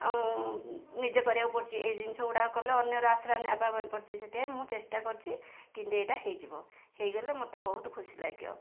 ଆଉ ନିଜେ କରିବାକୁ ପଡ଼ୁଛି ଏଇ ଜିନିଷ ଗୁଡ଼ାକ କଲେ ଅନ୍ୟର ଆଶ୍ରା ନେବା ପାଇଁ ପଡ଼ିଛି ସେଥିପାଇଁ ମୁଁ ଚେଷ୍ଟା କରୁଛି କିନ୍ତି ଏଇଟା ହେଇଯିବ ହେଇଗଲେ ମୋତେ ବହୁତ ଖୁସି ଲାଗିବ